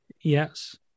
Yes